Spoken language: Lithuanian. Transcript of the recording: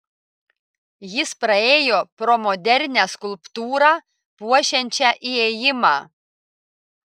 jis praėjo pro modernią skulptūrą puošiančią įėjimą